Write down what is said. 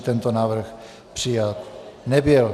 Tento návrh přijat nebyl.